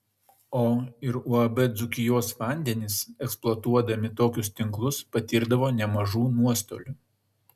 o ir uab dzūkijos vandenys eksploatuodami tokius tinklus patirdavo nemažų nuostolių